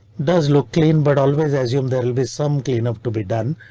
does look clean, but always assume there will be some cleanup to be done.